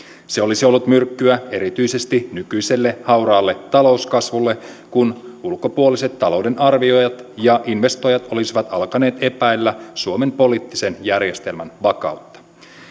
se olisi ollut myrkkyä erityisesti nykyiselle hauraalle talouskasvulle kun ulkopuoliset talouden arvioijat ja investoijat olisivat alkaneet epäillä suomen poliittisen järjestelmän vakautta